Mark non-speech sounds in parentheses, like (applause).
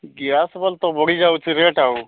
gas (unintelligible) ତ ବଢ଼ିଯାଉଚଛି rate ଆଉ